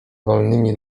wolnymi